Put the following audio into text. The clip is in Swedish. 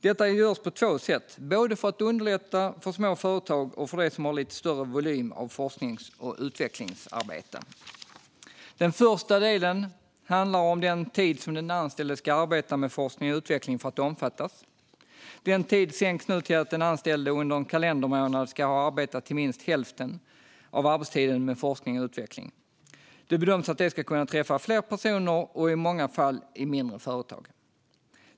Detta görs på två sätt för att underlätta för både små företag och företag som har lite större volym av forsknings och utvecklingsarbete. Den första delen handlar om den tid som den anställde ska arbeta med forskning och utveckling för att omfattas. Den tiden sänks nu till att den anställde under en kalendermånad ska ha arbetat minst hälften av arbetstiden med forskning och utveckling. Det bedöms att detta ska kunna träffa fler personer och i många fall mindre företag.